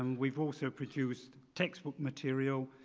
um we've also produced textbook material,